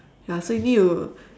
ya so you need to